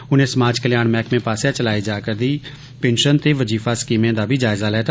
उनें समाज कल्याण मैहकमें पासेआ चलाई जा'रदी पिन्वन ते वजीफा स्कीमें दा बी जायज़ा लैता